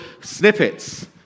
snippets